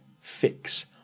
fix